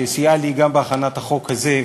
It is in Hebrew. שסייעה לי גם בהכנת החוק הזה,